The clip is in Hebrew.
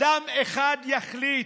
אדם אחד יחליט,